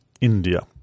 India